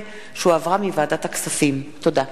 בשדרות שוב בסכנת סגירה מוועדת הכספים לוועדת העבודה,